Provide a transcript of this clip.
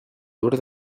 tour